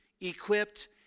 equipped